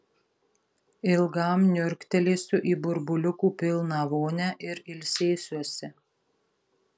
ilgam niurktelėsiu į burbuliukų pilną vonią ir ilsėsiuosi